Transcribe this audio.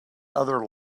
other